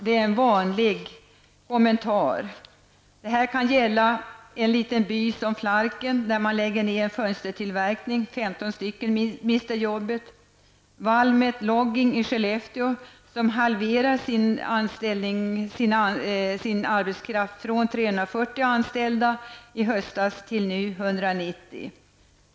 Det är en vanlig kommentar. Det här kan gälla en liten by som Flarken, där man lägger ned fönstertillverkning och 15 personer mister jobbet. Det kan gälla Valmet Logging i anställda i höstas till 190 nu.